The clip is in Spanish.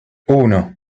uno